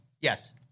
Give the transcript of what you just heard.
yes